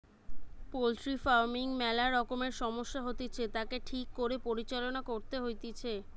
poultry farming ম্যালা রকমের সমস্যা হতিছে, তাকে ঠিক করে পরিচালনা করতে হইতিছে